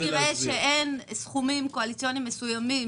אם תראה שאין סכומים קואליציוניים מסוימים